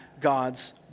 God's